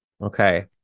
okay